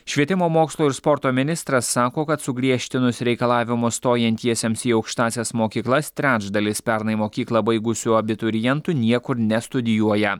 švietimo mokslo ir sporto ministras sako kad sugriežtinus reikalavimus stojantiesiems į aukštąsias mokyklas trečdalis pernai mokyklą baigusių abiturientų niekur nestudijuoja